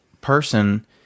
person